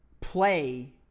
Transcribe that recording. play